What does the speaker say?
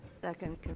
second